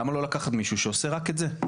למה לא לקחת מישהו שעושה רק את זה?